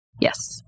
Yes